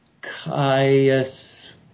Caius